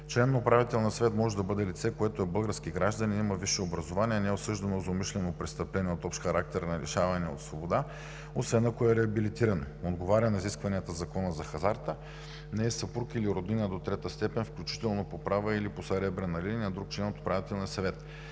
член на Управителния съвет може да бъде лице, което е български гражданин, има висше образование, не е осъждано за умишлено престъпление от общ характер на лишаване от свобода, освен ако е реабилитиран, отговаря на изискванията на Закона за хазарта, не е съпруг или роднина до трета степен включително по права или по съребрена линия на друг член от Управителния съвет.